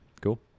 Cool